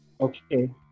Okay